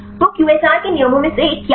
तो QSAR में नियमों में से एक क्या है